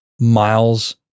miles